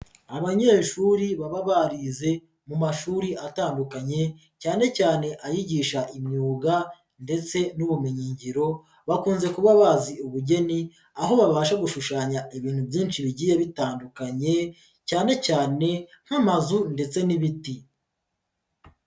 Abanyeshuri baba barize mu mashuri atandukanye cyane cyane ayigisha imyuga ndetse n'ubumenyingiro, bakunze kuba bazi ubugeni, aho babasha gushushanya ibintu byinshi bigiye bitandukanye cyane cyane nk'amazu ndetse n'ibiti.